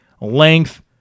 length